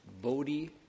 bodhi